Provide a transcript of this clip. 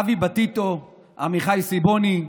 אבי בטיטו, עמיחי סיבוני,